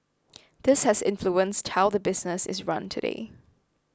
this has influenced how the business is run today